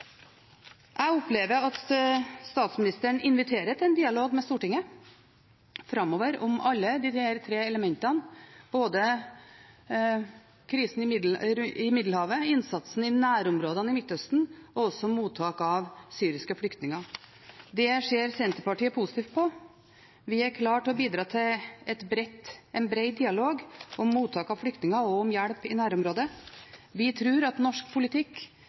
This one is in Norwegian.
Jeg opplever at statsministeren inviterer til en dialog med Stortinget framover om alle disse tre elementene, både krisen i Middelhavet, innsatsen i nærområdene i Midtøsten og mottak av syriske flyktninger. Det ser Senterpartiet positivt på. Vi er klar til å bidra til en bred dialog om mottak av flyktninger og om hjelp i nærområdet. Vi tror at norsk politikk